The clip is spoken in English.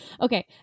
Okay